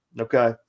Okay